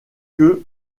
que